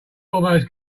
almost